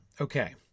Okay